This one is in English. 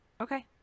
Okay